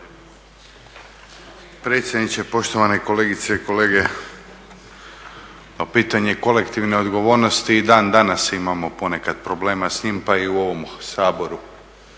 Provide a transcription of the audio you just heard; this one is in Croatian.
Predsjedniče, poštovane kolegice i kolege. Pa pitanje kolektivne odgovornosti i dan danas imamo ponekad problema s tim pa i u ovom Saboru.